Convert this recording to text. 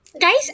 guys